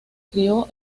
crio